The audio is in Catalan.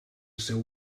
seu